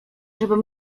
żebym